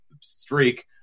streak